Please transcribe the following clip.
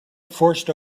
forced